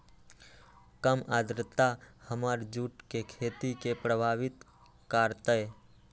कम आद्रता हमर जुट के खेती के प्रभावित कारतै?